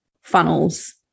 funnels